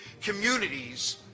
communities